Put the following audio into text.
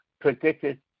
predicted